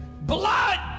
Blood